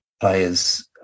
players